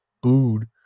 booed